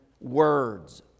words